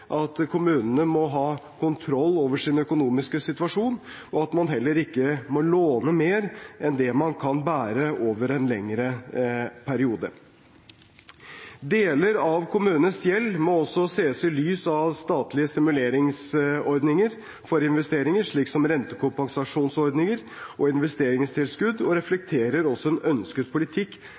at kommunene må ha kontroll over sin økonomiske situasjon, og at man heller ikke må love mer enn det man kan bære over en lengre periode. Deler av kommunenes gjeld må også ses i lys av statlige stimuleringsordninger for investeringer, slik som rentekompensasjonsordninger og investeringstilskudd, og reflekterer også en ønsket politikk